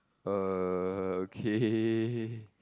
okay